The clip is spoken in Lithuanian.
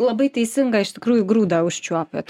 labai teisingą iš tikrųjų grūdą užčiuopėt